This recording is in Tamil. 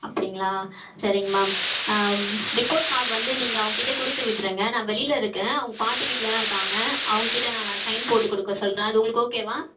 அப்படிங்களா சரி மேம் ஆ ரிப்போட் கார்ட் வந்து நீங்கள் அவன்கிட்ட கொடுத்து விட்டுருங்கள் நான் வெளிலருக்கன் அவங்க பாட்டி வீட்டில் தான் இருக்காங்க அவங்கிட்ட நான் சைன் போட்டு கொடுக்க சொல்கிறன் அது உங்குளுக்கு ஓகே வா